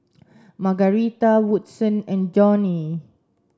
Margarita Woodson and Joni